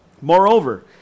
Moreover